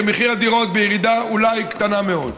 כי מחירי הדירות בירידה אולי קטנה מאוד.